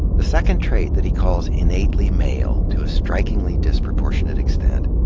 the second trait that he calls innately male, to a strikingly disproportionate extent,